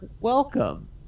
welcome